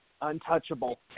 Untouchable